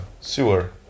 sewer